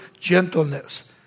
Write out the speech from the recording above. gentleness